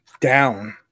down